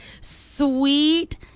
Sweet